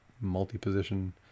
Multi-position